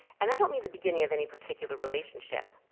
and i don't mean the beginning of any particular relationship.